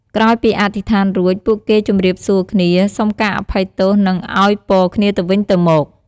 ក្រោយពីអធិស្ឋានរួច ពួកគេជម្រាបសួរគ្នា សុំការអភ័យទោស និងឱ្យពរគ្នាទៅវិញទៅមក។